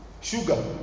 Sugar